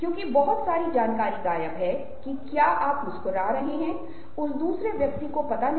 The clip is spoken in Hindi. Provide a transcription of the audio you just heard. अब इसके साथ बस इतना जोड़ें कि कभी कभी भावनाओं को शुद्ध नहीं किया जाता है